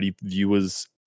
viewers